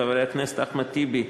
חברי הכנסת אחמד טיבי,